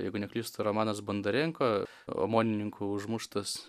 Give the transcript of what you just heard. jeigu neklystu romanas bundarėnko omonininkų užmuštas